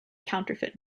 counterfeit